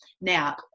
now